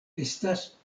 estas